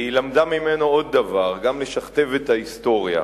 היא למדה ממנו עוד דבר, גם לשכתב את ההיסטוריה.